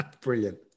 Brilliant